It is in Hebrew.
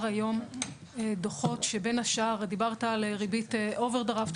היום דוחות שבין השאר דיברת על ריבית אוברדרפט.